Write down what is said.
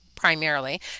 primarily